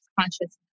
Consciousness